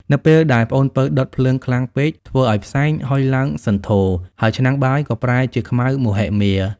នៅពេលដែលប្អូនពៅដុតភ្លើងខ្លាំងពេក ធ្វើឱ្យផ្សែងហុយឡើងសន្ធោរ ហើយឆ្នាំងបាយក៏ប្រែជាខ្មៅមហិមា។